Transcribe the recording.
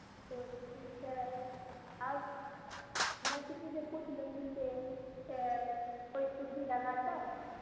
تو ٹھیک ہے اب میں کسی سے پوچھ لوں گی کہ کوئی پرزی لگاتا ہے